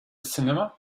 cinema